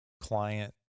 client